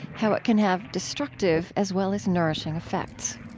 how it can have destructive, as well as nourishing, effects